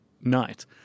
night